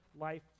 life